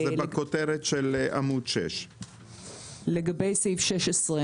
זה נמצא בכותרת של עמוד 6. לגבי סעיף 16,